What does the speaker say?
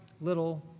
little